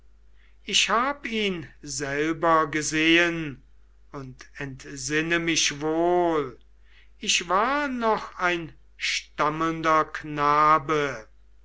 ich hab ihn selber gesehen und entsinne mich wohl ich war noch ein stammelnder knabe